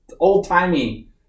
Old-timey